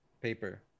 paper